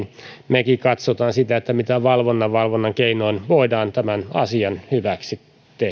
mekin katsomme mitä valvonnan valvonnan keinoin voidaan tämän asian hyväksi tehdä